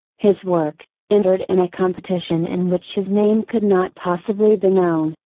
his work, entered in a competition in which his name could not possibly be known,